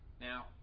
Now